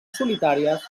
solitàries